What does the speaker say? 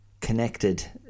connected